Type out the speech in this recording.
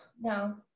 no